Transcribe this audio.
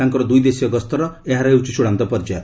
ତାଙ୍କର ଦୁଇ ଦେଶୀୟ ଗସ୍ତର ଏହାର ହେଉଛି ଚୂଡ଼ାନ୍ତ ପର୍ଯ୍ୟାୟ